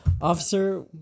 Officer